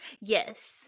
Yes